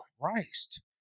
Christ